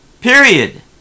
Period